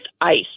ICE